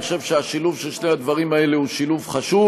אני חושב שהשילוב של שני הדברים האלה הוא שילוב חשוב.